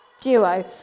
duo